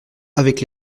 avec